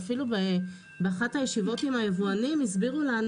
ואפילו באחת הישיבות עם היבואנים הסבירו לנו